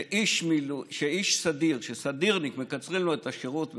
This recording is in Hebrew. כשמקצרים לסדירניק את השירות בחודשיים,